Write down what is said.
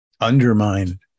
undermine